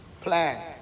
plan